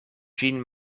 ĝin